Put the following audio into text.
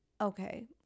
Okay